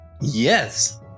Yes